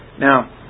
Now